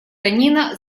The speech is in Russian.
танина